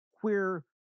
queer